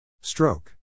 Stroke